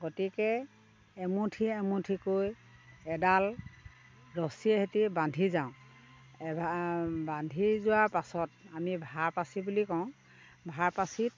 গতিকে এমুঠি এমুঠিকৈ এডাল ৰচিৰে সেতি বান্ধি যাওঁ এভাৰ বান্ধি যোৱাৰ পিছত আমি ভাৰ পাচি বুলি কওঁ ভাৰ পাচিত